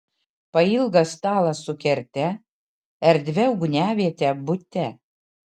pailgas stalas su kerte erdvia ugniaviete bute